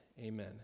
Amen